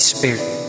Spirit